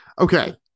Okay